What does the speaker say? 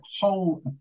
whole